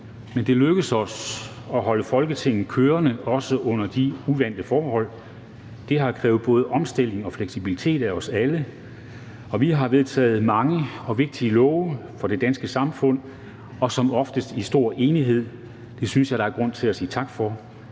men det er lykkedes os at holde Folketinget kørende, også under de uvante forhold. Det har krævet både omstilling og fleksibilitet af os alle, og vi har vedtaget mange og vigtige love for det danske samfund og som oftest i stor enighed. Det synes jeg der er grund til at sige tak for.